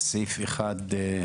את סעיף 1(א).